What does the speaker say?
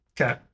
Okay